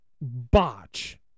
botch